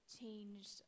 changed